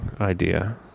idea